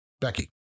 becky